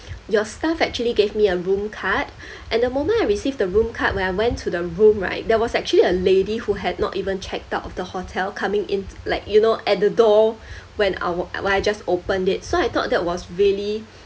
your staff actually gave me a room card and the moment I received the room card when I went to the room right there was actually a lady who had not even checked out of the hotel coming in like you know at the door when I was when I just opened it so I thought that was really